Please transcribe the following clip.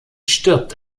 stirbt